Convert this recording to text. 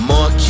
More